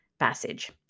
passage